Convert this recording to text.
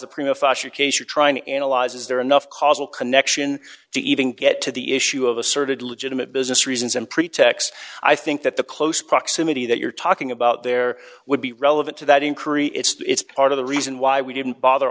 fascia case you're trying to analyze is there enough causal connection to even get to the issue of asserted legitimate business reasons and pretext i think that the close proximity that you're talking about there would be relevant to that increase it's part of the reason why we didn't bother